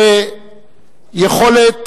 ויכולת